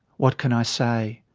what can i say?